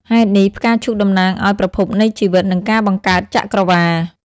ហេតុនេះ ផ្កាឈូកតំណាងឱ្យ ប្រភពនៃជីវិត និងការបង្កើតចក្រវាឡ។